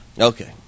Okay